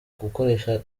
gukoresha